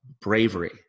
bravery